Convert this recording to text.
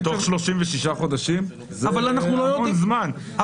בתוך 36 חודשים זה המון זמן.